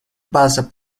passa